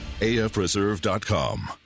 AFreserve.com